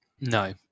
No